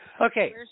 Okay